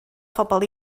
phobl